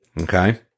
okay